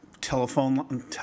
telephone